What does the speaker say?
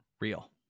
real